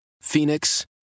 Phoenix